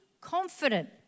confident